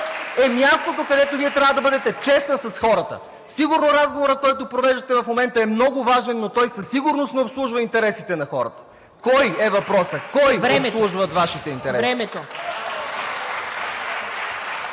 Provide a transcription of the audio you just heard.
е мястото, където Вие трябва да бъдете честна с хората. Сигурно разговорът, който провеждате в момента е много важен, но той със сигурност не обслужва интересите на хората. Кой е въпросът? ПРЕДСЕДАТЕЛ ТАТЯНА ДОНЧЕВА: Времето.